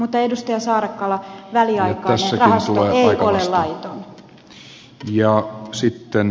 mutta edustaja saarakkala väliaikainen rahasto ei ole laiton